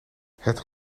het